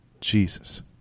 Jesus